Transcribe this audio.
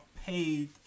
paid